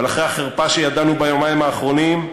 אבל אחרי החרפה שידענו ביומיים האחרונים,